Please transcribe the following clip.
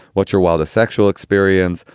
what's your wilder sexual experience?